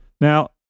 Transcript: Now